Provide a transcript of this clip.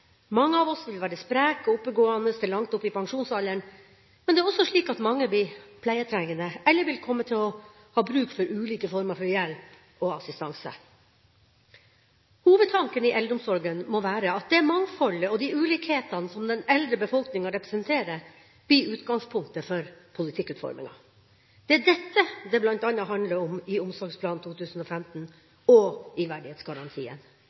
Mange av oss vil være spreke og oppegående til langt opp i pensjonsalderen, men det er også slik at mange blir pleietrengende eller vil komme til å ha bruk for ulike former for hjelp og assistanse. Hovedtanken i eldreomsorgen må være at det mangfoldet og de ulikhetene som den eldre befolkninga representerer, blir utgangspunktet for politikkutforminga. Det er dette det bl.a. handler om i Omsorgsplan 2015 og i verdighetsgarantien.